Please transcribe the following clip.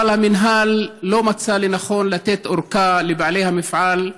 אבל המינהל לא מצא לנכון לתת ארכה לבעלי המפעל,